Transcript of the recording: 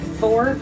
four